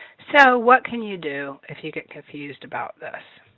so what can you do if you get confused about this?